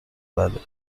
بله